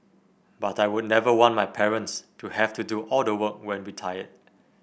but I would never want my parents to have to do all the work when retired